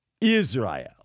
Israel